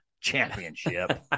Championship